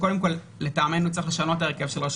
קודם כול לטעמנו צריך לשנות את ההרכב של רשות